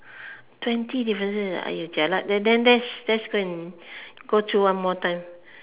twenty differences ah !aiyo! jialat then then let's go and go through one more time